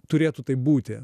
turėtų taip būti